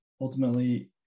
ultimately